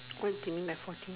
what do you mean by forty